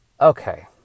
Okay